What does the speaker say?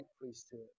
priesthood